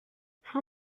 how